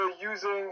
using